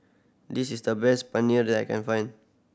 this is the best Paneer that I can find